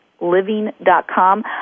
living.com